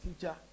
teacher